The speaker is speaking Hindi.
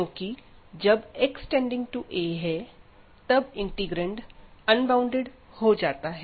क्योंकि जब x→a है तब इंटीग्रैंड अनबॉउंडेड हो जाता है